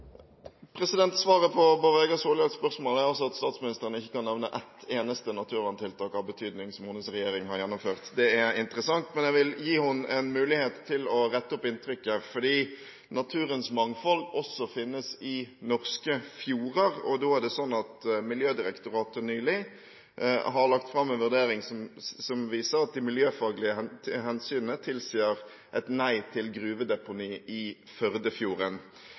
altså at statsministeren ikke kan nevne et eneste naturverntiltak av betydning som hennes regjering har gjennomført. Det er interessant, men jeg vil gi henne en mulighet til å rette opp inntrykket. For naturens mangfold finnes også i norske fjorder, og Miljødirektoratet la nylig fram en vurdering som viser at miljøfaglige hensyn tilsier et nei til gruvedeponi i Førdefjorden.